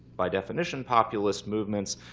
by definition, populist movements,